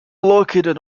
located